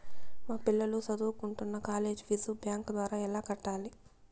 మా పిల్లలు సదువుకుంటున్న కాలేజీ ఫీజు బ్యాంకు ద్వారా ఎలా కట్టాలి?